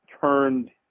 turned